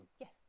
Yes